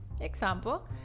Example